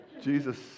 Jesus